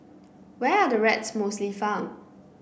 where are the rats mostly found